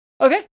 Okay